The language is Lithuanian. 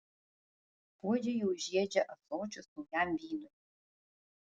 puodžiai jau žiedžia ąsočius naujam vynui